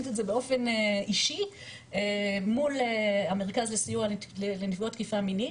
את זה באופן אישי מול המרכז לסיוע לנפגעות תקיפה מינית,